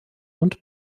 und